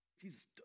Jesus